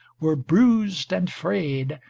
were bruised and frayed,